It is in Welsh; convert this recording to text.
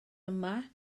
yma